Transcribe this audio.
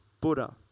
Buddha